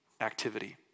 activity